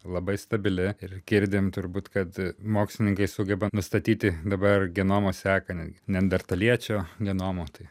labai stabili ir girdim turbūt kad mokslininkai sugeba nustatyti dabar genomo seką netgi neandertaliečio genomo tai